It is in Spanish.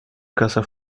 casa